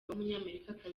w’umunyamerika